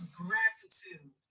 gratitude